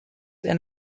and